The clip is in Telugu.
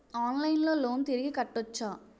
ఆన్లైన్లో లోన్ తిరిగి కట్టోచ్చా?